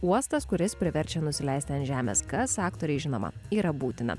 uostas kuris priverčia nusileisti ant žemės kas aktorei žinoma yra būtina